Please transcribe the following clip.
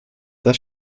das